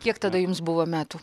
kiek tada jums buvo metų